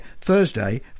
Thursday